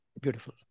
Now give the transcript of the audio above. Beautiful